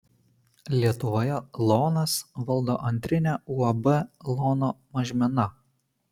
lietuvoje lonas valdo antrinę uab lono mažmena